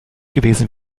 gewesen